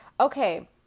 Okay